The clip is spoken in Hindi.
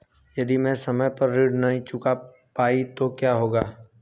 यदि मैं समय पर ऋण नहीं चुका पाई तो क्या होगा?